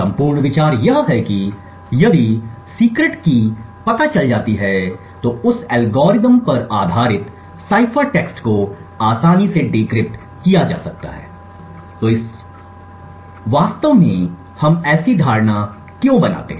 संपूर्ण विचार यह है कि यदि गुप्त कुंजी पता चल जाती है तो उस एल्गोरिथ्म पर आधारित साइफर टेक्स्ट को आसानी से डिक्रिप्ट किया जा सकता है तो हम वास्तव में ऐसी धारणा क्यों बनाते हैं